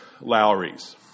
Lowry's